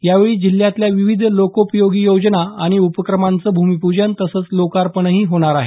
यावेळी जिल्ह्यातल्या विविध लोकोपयोगी योजना आणि उपक्रमांचं भूमीपूजन तसंच लोकार्पणही होणार आहे